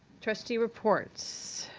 trustee reports.